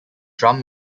drum